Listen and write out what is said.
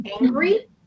angry